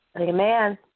Amen